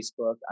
Facebook